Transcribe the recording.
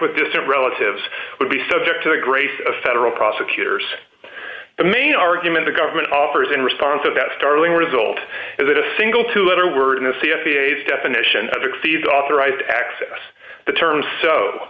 with distant relatives would be subject to the grace of federal prosecutors the main argument the government offers in response to that startling result is that a single two letter word in a c f p a definition of exceed authorized access the term so